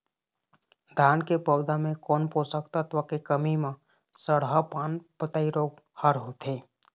धान के पौधा मे कोन पोषक तत्व के कमी म सड़हा पान पतई रोग हर होथे?